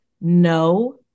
No